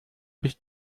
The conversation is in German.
bist